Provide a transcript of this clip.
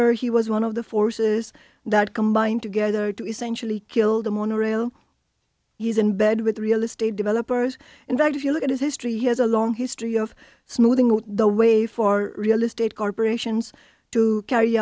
r he was one of the forces that combined together to essentially kill the monorail he's in bed with real estate developers and that if you look at his history he has a long history of smoothing the way for real estate corporations to carry